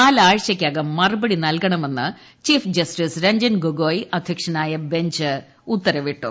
നാലാഴ്ചയ്ക്കകം മറുപടി നൽകണമെന്ന് chief justice Ranjan Gogoi അധ്യക്ഷനായ ബഞ്ച് ഉത്തരവിട്ടു